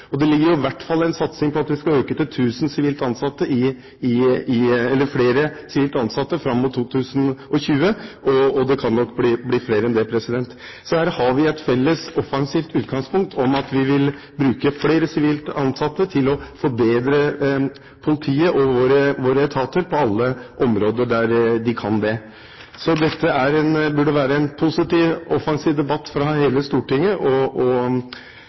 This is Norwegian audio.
Og det ligger i hvert fall en satsing i at vi skal øke antallet sivilt ansatte fram mot 2020 – 1 000 sivilt ansatte – og det kan nok bli flere enn det. Så her har vi et felles offensivt utgangspunkt, at vi vil bruke flere sivilt ansatte til å forbedre politiet og våre etater – på alle områder der de kan det. Dette burde være en positiv, offensiv debatt i Stortinget, og